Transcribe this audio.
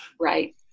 right